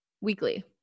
weekly